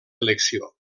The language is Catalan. elecció